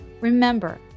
remember